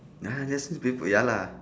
!huh! just newspaper ya lah